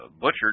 butchered